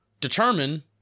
determine